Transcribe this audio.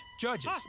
Judges